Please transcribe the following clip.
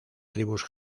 tribus